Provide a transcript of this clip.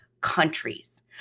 countries